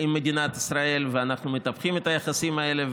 עם מדינת ישראל, ואנחנו מטפחים את היחסים האלה.